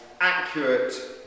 Accurate